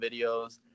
videos